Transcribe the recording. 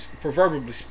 proverbially